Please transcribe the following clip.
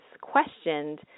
questioned